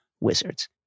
wizards